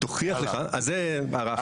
אז זו הערה ראשונה.